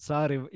Sorry